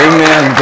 Amen